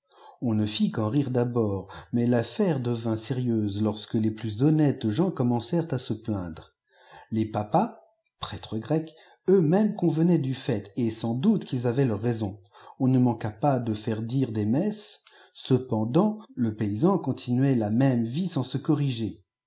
on ne fit qu'en rire d'abord mais l'affaire devint sérieuse lorsque les plus honnêtesgens commencèrent à se pîaindre lç papas prêtres grecs euît mémes convenaient du fait et sans cjiqute qumis avaient leurs raisons on ne manqua pas de faire dire fcs messes cependant le paysan continuait la même vie sans se çprriger